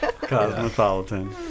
cosmopolitan